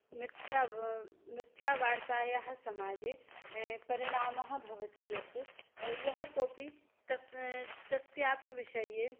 मिथ्या मिथ्या वार्तायाः समाजे परिणामः भवति यत् यः कोऽपि कस् कस्यापि विषये